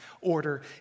order